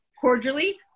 Cordially